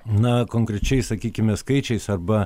na konkrečiai sakykime skaičiais arba